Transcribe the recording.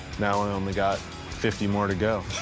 now, i only got fifty more to go.